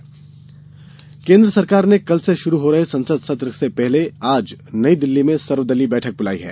सर्वदलीय बैठक केन्द्र सरकार ने कल से शुरू हो रहे संसद सत्र से पहले आज नई दिल्ली में सर्वदलीय बैठक बुलाई है